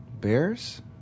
Bears